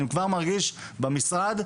במשרד,